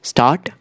Start